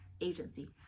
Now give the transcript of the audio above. agency